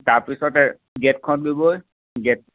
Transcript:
তাৰপিছতে গেটখন দিবই গেট